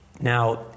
Now